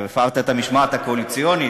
הפרת את המשמעת הקואליציונית,